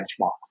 benchmark